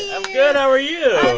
i'm good. how are you?